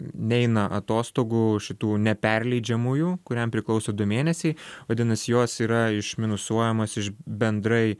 neina atostogų šitų neperleidžiamųjų kuriam priklauso du mėnesiai vadinasi jos yra išminusuojamos iš bendrai